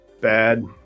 bad